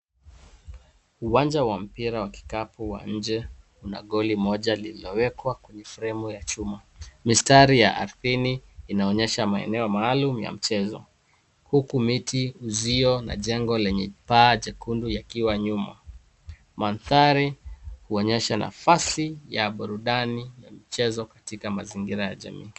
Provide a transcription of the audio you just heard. Uwanja wa mpira wa kikapu wa nje una goli moja lililowekwa kwenye fremu ya chuma . Mistari ya ardhini inaonyesha maeneo maalum ya mchezo, huku mti ,uzio na jengo lenye paa jekundu likiwa nyuma. Mandhari huonyesha nafasi ya burudani na mchezo katika mazingira ya jamii.